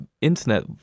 internet